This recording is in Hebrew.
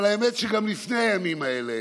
אבל האמת שגם לפני הימים האלה,